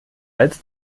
als